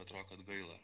atrodo kad gaila